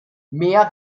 mehr